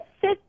sit